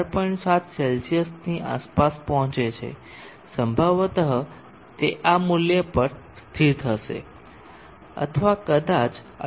7 0 C ની આસપાસ પહોંચે છે સંભવત તે આ મૂલ્ય પર સ્થિર થશે અથવા કદાચ 18